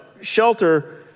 shelter